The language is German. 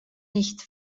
nicht